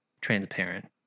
transparent